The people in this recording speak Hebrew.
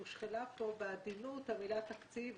הושחלה פה בעדינות המילה תקציב,